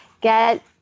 get